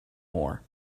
more